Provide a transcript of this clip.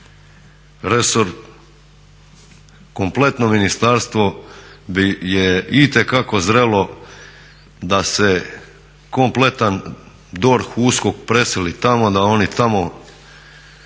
resor, kompletno ministarstvo je itekako zrelo da se kompletan DORH, USKOK preseli tamo, da oni tamo